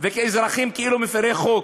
וכאזרחים כאילו מפרי חוק.